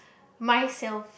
myself